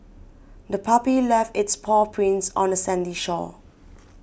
the puppy left its paw prints on the sandy shore